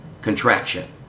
contraction